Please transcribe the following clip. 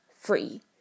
free